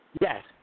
Yes